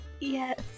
Yes